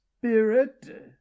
Spirit